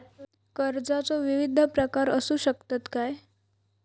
कर्जाचो विविध प्रकार असु शकतत काय?